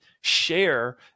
share